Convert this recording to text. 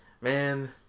Man